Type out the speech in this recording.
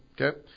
Okay